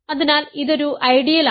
അതിനാൽ ഇതൊരു ഐഡിയൽ ആണ്